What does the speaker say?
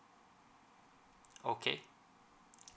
okay